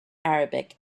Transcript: arabic